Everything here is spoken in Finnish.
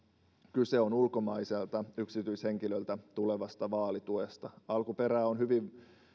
kyse on ulkomaiselta yksityishenkilöltä tulevasta vaalituesta alkuperää on hyvin